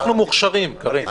אנחנו מוכשרים, קארין.